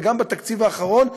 וגם בתקציב האחרון,